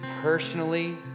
personally